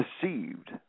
Deceived